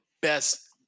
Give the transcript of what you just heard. best